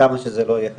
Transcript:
כמה שזה לא יהיה חשאי.